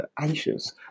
anxious